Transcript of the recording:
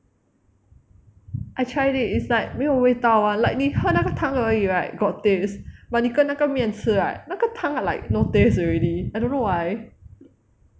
I tried it is like 没有味道 [one] like 你喝那个汤而已 right got taste but 你跟那个那个面吃 right 那个汤 like no taste already I don't know why